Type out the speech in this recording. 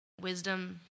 wisdom